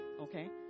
okay